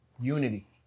unity